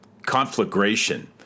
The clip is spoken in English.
conflagration